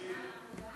סעיפים 1